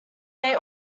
they